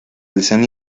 alzan